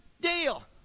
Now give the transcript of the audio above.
deal